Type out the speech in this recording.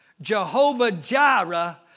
Jehovah-Jireh